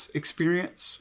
experience